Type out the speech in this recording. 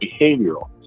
behavioral